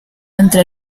entre